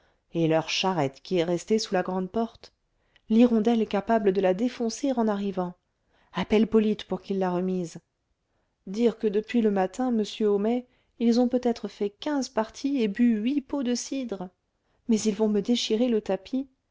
et leur charrette qui est restée sous la grande porte l'hirondelle est capable de la défoncer en arrivant appelle polyte pour qu'il la remise dire que depuis le matin monsieur homais ils ont peut-être fait quinze parties et bu huit pots de cidre mais ils vont me déchirer le tapis